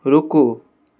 रूकू